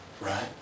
Right